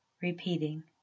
repeating